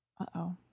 Uh-oh